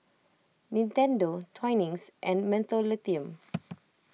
Nintendo Twinings and Mentholatum